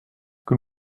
que